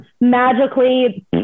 magically